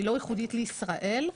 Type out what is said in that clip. היא לא ייחודית לישראל,